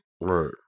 Right